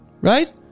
right